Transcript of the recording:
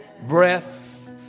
Breath